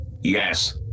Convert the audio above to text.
Yes